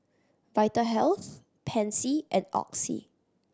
Vitahealth Pansy and Oxy